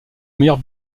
meilleur